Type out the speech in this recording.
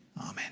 amen